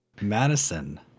Madison